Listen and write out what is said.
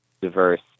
diverse